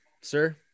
sir